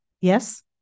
Yes